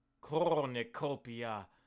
Cornucopia